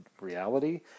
reality